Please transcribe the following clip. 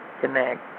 connect